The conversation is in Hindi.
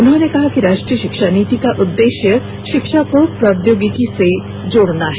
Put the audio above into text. उन्होंने कहा कि राष्ट्रीय शिक्षा नीति का उद्देश्य शिक्षा को प्रौद्योगिकी से जोड़ना है